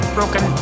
Broken